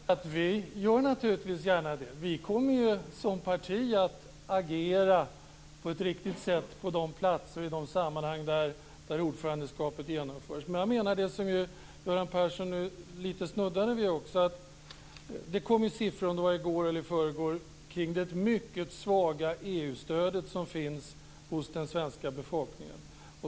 Fru talman! Det gör vi naturligtvis gärna. Som parti kommer vi på ett riktigt sätt att agera på de platser och i de sammanhang där ordförandeskapet genomförs. Men jag tänker på det som Göran Persson nu lite grann snuddade vid. Det kom ju siffror i går eller i förrgår på det mycket svaga EU-stödet hos den svenska befolkningen.